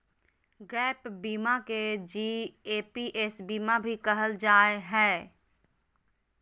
gap बीमा के GAPS बीमा भी कहल जा हय